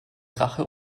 rache